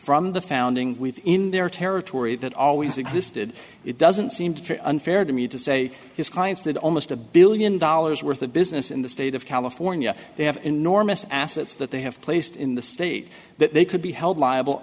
from the founding within their territory that always existed it doesn't seem to unfair to me to say his clients did almost a billion dollars worth of business in the state of california they have enormous assets that they have placed in the state that they could be held liable